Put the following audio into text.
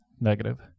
Negative